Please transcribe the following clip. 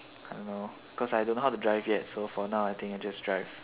I don't know cause I don't know how to drive yet so for now I think just drive